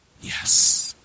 yes